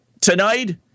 tonight